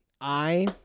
I-